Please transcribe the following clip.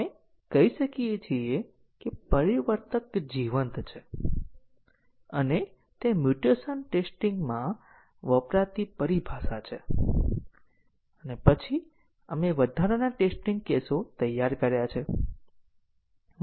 અમે સરળતાથી CFG દોરી શકીએ છીએ અને McCabeનું મેટ્રિક શોધી શકીએ છીએ જે આપણને ટેસ્ટીંગ કેસોની સંખ્યા પર ઉપલા બંધન આપે છે અને પછી અમે તે ટેસ્ટીંગ કેસો લખીએ છીએ અને પાથ ચલાવવામાં આવે છે કે કેમ તે તપાસીએ છીએ